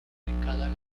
ubicadas